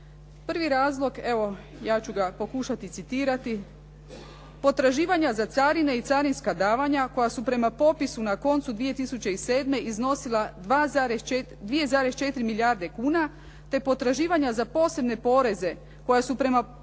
Prvi razlog evo ja ću ga pokušati citirati, "Potraživanja za carine i carinska davanja koja su prema popisu na koncu 2007. iznosila 2,4 milijarde kuna te potraživanja za posebne poreze koja su prema popisu